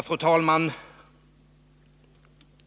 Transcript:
Fru talman!